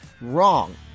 wrong